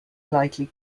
lightly